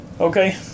Okay